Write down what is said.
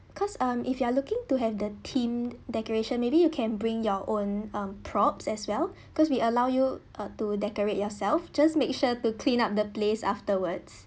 because um if you are looking to have the theme decoration maybe you can bring your own um props as well because we allow you uh to decorate yourself just make sure to clean up the place afterwards